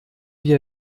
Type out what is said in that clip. wir